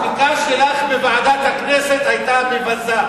השתיקה שלָךְ בוועדת הכנסת היתה מבזה.